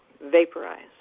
vaporize